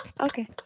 Okay